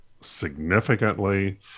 significantly